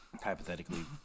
hypothetically